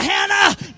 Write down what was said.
Hannah